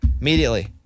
Immediately